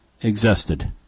existed